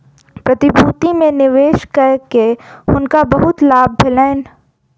प्रतिभूति में निवेश कय के हुनका बहुत लाभ भेलैन